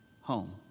home